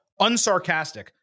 unsarcastic